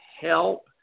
help